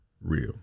real